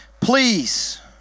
Please